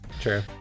True